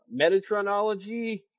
Metatronology